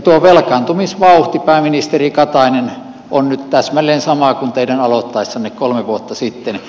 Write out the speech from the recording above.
tuo velkaantumisvauhti pääministeri katainen on nyt täsmälleen sama kuin teidän aloittaessanne kolme vuotta sitten